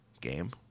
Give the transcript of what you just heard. game